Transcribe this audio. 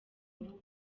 rugo